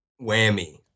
whammy